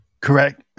Correct